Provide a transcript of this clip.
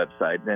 website